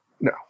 No